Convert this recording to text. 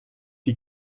die